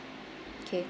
okay